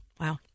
Wow